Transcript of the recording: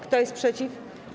Kto jest przeciw?